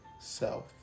Self